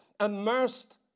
immersed